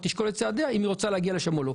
או תשקול את צעדיה אם היא רוצה להגיע לשם או לא.